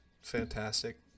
fantastic